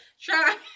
try